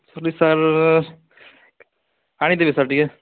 sir ଆନିଦେବେ sir ଟିକେ